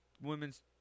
Women's